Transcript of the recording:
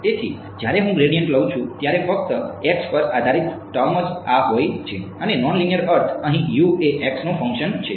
તેથી જ્યારે હું ગ્રેડિયન્ટ લઉં છું ત્યારે ફક્ત X પર આધારિત ટર્મ જ આ હોય છે અને નોનલીનીયર અર્થ અહીં એ Xનું ફંક્શન છે